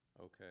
Okay